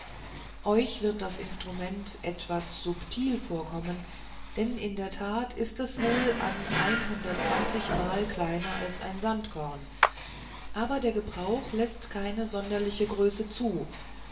euch wird das instrument etwas subtil vorkommen denn in der tat ist es wohl an einhundertzwanzigmal kleiner als ein sandkorn aber der gebrauch läßt keine sonderliche größe zu